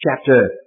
chapter